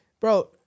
bro